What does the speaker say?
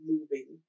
moving